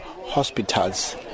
hospitals